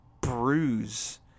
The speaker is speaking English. bruise